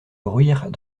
bruire